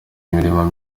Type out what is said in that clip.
imirimo